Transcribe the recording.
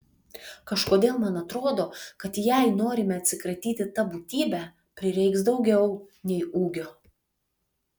kažkodėl man atrodo kad jei norime atsikratyti ta būtybe prireiks daugiau nei ūgio